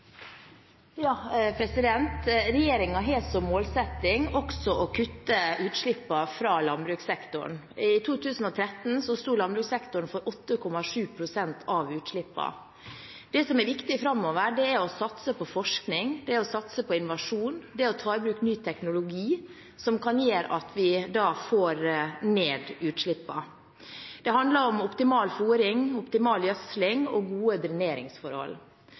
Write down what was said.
har som målsetting også å kutte utslippene fra landbrukssektoren. I 2013 sto landbrukssektoren for 8,7 pst. av utslippene. Det som er viktig framover, er å satse på forskning og innovasjon og ta i bruk ny teknologi, som kan gjøre at vi får ned utslippene. Det handler om optimal fôring, optimal gjødsling og gode dreneringsforhold.